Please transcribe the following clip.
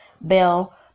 Bell